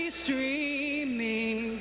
streaming